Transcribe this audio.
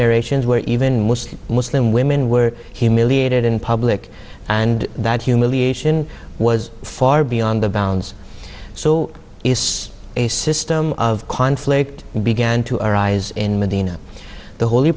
narrations where even most muslim women were humiliated in public and that humiliation was far beyond the bounds so it's a system of conflict began to arise in medina the holy